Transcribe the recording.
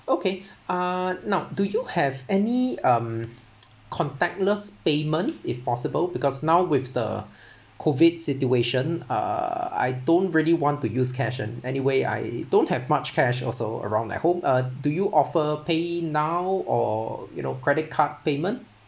okay uh now do you have any um contactless payment if possible because now with the COVID situation uh I don't really want to use cash and anyway I don't have much cash also around my home uh do you offer PayNow or you know credit card payment